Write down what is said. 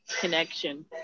connection